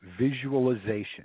visualization